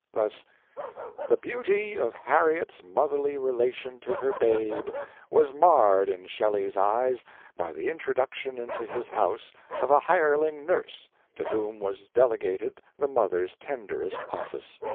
thus the beauty of harriet's motherly relation to her babe was marred in shelley's eyes by the introduction into his house of a hireling nurse to whom was delegated the mother's tenderest office.